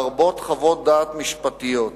לרבות חוות דעת משפטיות.